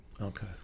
Okay